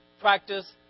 practice